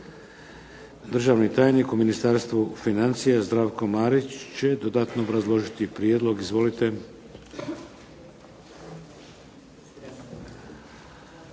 Državni tajnik u Ministarstvu financija, Zdravko Marić će dodatno obrazložiti prijedlog. Izvolite.